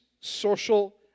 social